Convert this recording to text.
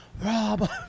Rob